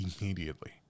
immediately